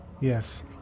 Yes